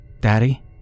Daddy